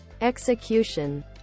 execution